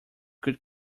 could